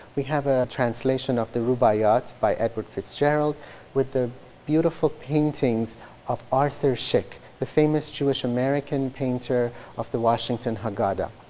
we have a translation of the rubayat by edward fitzgerald with the beautiful paintings of arthur szyk, the famous jewish american painter of the washington haggadah.